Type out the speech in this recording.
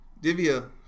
Divya